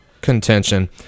contention